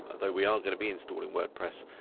ah though we are gonna be installing wordpress,